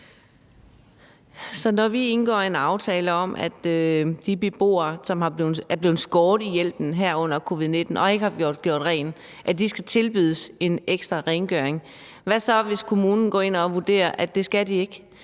Så vi indgår en aftale om, at de beboere, hvis hjælp er blevet skåret under covid-19 og ikke har fået gjort rent, skal tilbydes en ekstra rengøring, og hvad så, hvis kommunen går ind og vurderer, at det skal de ikke?